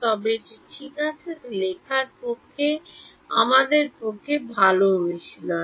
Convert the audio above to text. তবে ঠিক আছে এটি লেখা আমাদের পক্ষে ভাল অনুশীলন